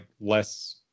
less